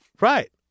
Right